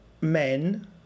men